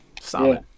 Solid